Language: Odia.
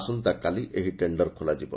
ଆସନ୍ତାକାଲି ଏହି ଟେଣ୍ଡର ଖୋଲାଯିବ